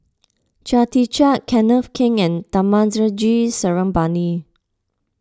Chia Tee Chiak Kenneth Keng and Thamizhavel G Sarangapani